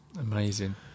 amazing